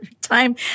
Time